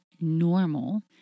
normal